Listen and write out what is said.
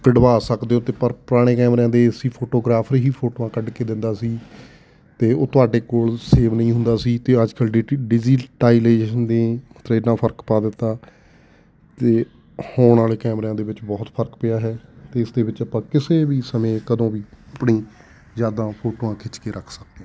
ਕਢਵਾ ਸਕਦੇ ਹੋ ਅਤੇ ਪਰ ਪੁਰਾਣੇ ਕੈਮਰਿਆਂ ਦੇ ਐਸੀ ਫੋਟੋਗ੍ਰਾਫਰ ਹੀ ਫੋਟੋਆਂ ਕੱਢ ਕੇ ਦਿੰਦਾ ਸੀ ਅਤੇ ਉਹ ਤੁਹਾਡੇ ਕੋਲ ਸੇਵ ਨਹੀਂ ਹੁੰਦਾ ਸੀ ਅਤੇ ਅੱਜ ਕੱਲ੍ਹ ਡਿਟੀ ਡਿਜੀਟਾਈ ਲਾਈਜੇਸ਼ਨ ਦੀ ਮਤਲਬ ਇੰਨਾ ਫ਼ਰਕ ਪਾ ਦਿੱਤਾ ਤਾਂ ਹੁਣ ਵਾਲੇ ਕੈਮਰਿਆਂ ਦੇ ਵਿੱਚ ਬਹੁਤ ਫ਼ਰਕ ਪਿਆ ਹੈ ਅਤੇ ਇਸ ਦੇ ਵਿੱਚ ਆਪਾਂ ਕਿਸੇ ਵੀ ਸਮੇਂ ਕਦੋਂ ਵੀ ਆਪਣੀ ਯਾਦਾਂ ਫੋਟੋਆਂ ਖਿੱਚ ਕੇ ਰੱਖ ਸਕਦੇ